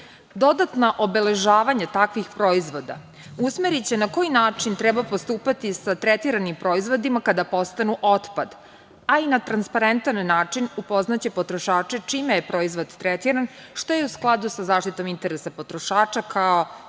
Dodatno obeležavanje takvih proizvoda usmeriće na koji način treba postupati sa tretiranim proizvodima kada postanu otpad, a i na transparentan način upoznaće potrošače čime je proizvod tretiran što je u skladu sa zaštitom interesa potrošača kao